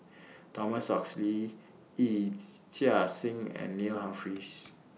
Thomas Oxley Yee Chia Hsing and Neil Humphreys